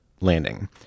landing